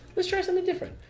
let's try something different.